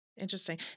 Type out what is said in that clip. Interesting